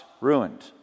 ruined